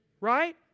right